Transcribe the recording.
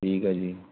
ਠੀਕ ਹੈ ਜੀ